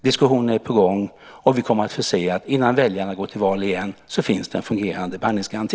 Diskussioner är på gång, och vi kommer att få se att innan väljarna går till val igen finns det en fungerande behandlingsgaranti.